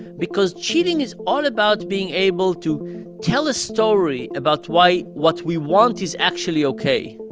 because cheating is all about being able to tell a story about why what we want is actually ok.